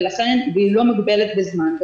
והיא לא מוגבלת בזמן.